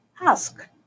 ask